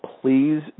Please